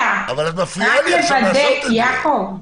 אנחנו מחכים לתשובות בנקודות הבאות: החלופה של ההפגנות ברכבים,